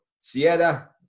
Sierra